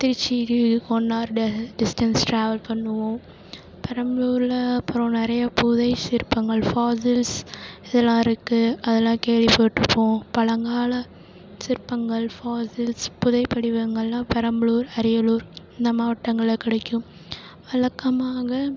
Trichy one hour the distance travel பண்ணுவோம் பெரம்பலூர்ல அப்புறம் நிறையா புதை சிற்பங்கள் ஃபாஸில்ஸ் இதெல்லாம் இருக்குது அதெல்லாம் கேள்விப்பட்டிருப்போம் பழங்கால சிற்பங்கள் ஃபாஸில்ஸ் புதை படிவங்கள்லாம் பெரம்பலூர் அரியலூர் இந்த மாவட்டங்கள்ல கிடைக்கும் வழக்கமாக